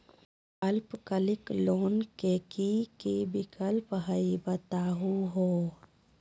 अल्पकालिक लोन के कि कि विक्लप हई बताहु हो?